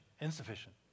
insufficient